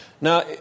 Now